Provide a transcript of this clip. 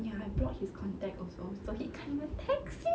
ya I block his contact also so he can't text me